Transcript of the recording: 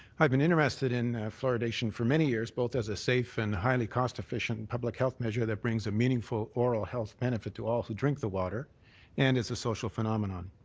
i've been interested in fluoridation for many years both as a safe and highly cost efficient public health measure that brings a meaningful oral health benefit to all who drink the water and as a social phenomenon.